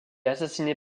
assassinée